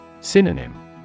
Synonym